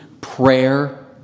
prayer